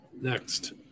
Next